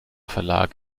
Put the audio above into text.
verlag